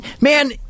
Man